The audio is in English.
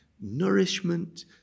nourishment